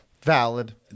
valid